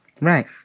Right